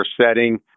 setting